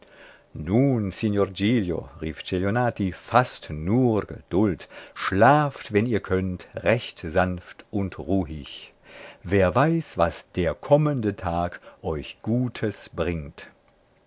giglio rief celionati faßt nur geduld schlaft wenn ihr könnt recht sanft und ruhig wer weiß was der kommende tag euch gutes bringt